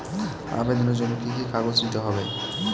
আবেদনের জন্য কি কি কাগজ নিতে হবে?